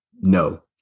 No